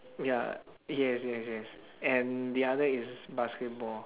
ya yes yes yes and the other is basketball